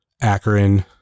Akron